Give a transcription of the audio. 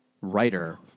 writer